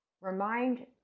remind